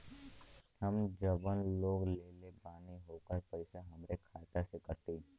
हम जवन लोन लेले बानी होकर पैसा हमरे खाते से कटी?